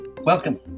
Welcome